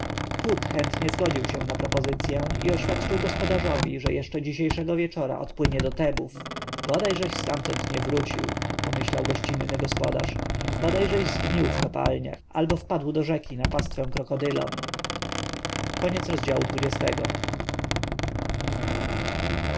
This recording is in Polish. phut chętnie zgodził się na propozycję i oświadczył gospodarzowi że jeszcze dzisiejszego wieczora odpłynie do tebów bodajżeś stamtąd nie wrócił pomyślał gościnny gospodarz bodajżeś zgnił w kopalniach albo wpadł do rzeki na pastwę krokodylom